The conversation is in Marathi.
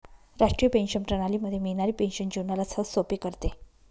राष्ट्रीय पेंशन प्रणाली मध्ये मिळणारी पेन्शन जीवनाला सहजसोपे करते